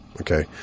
Okay